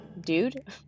dude